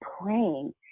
praying